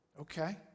okay